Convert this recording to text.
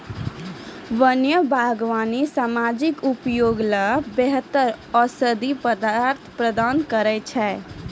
वन्य बागबानी सामाजिक उपयोग ल बेहतर औषधीय पदार्थ प्रदान करै छै